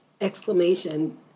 exclamation